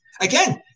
again